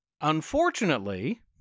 Unfortunately